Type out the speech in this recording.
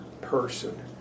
person